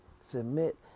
submit